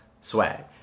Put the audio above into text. Swag